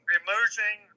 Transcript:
emerging